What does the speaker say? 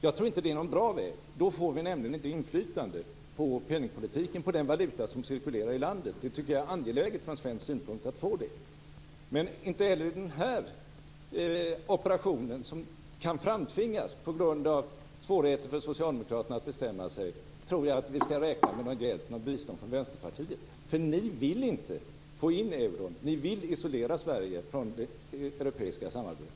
Jag tror inte att det är någon bra väg. Då får vi nämligen inte inflytande på penningpolitiken, på den valuta som cirkulerar i landet. Det tycker jag är angeläget från svensk synpunkt att få. Men inte heller i den här operationen, som kan framtvingas på grund av svårigheterna för socialdemokraterna att bestämma sig, skall vi räkna med något bistånd från Vänsterpartiet. Ni vill inte få in euron, ni vill isolera Sverige från det europeiska samarbetet.